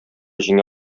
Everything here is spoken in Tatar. җиңә